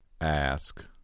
Ask